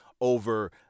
over